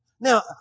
Now